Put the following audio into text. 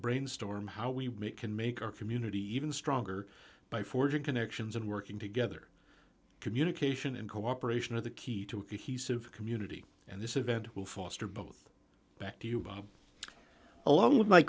brainstorm how we can make our community even stronger by forging connections and working together communication and cooperation of the key to the he said community and this event will foster both back to you bob along with my